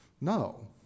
No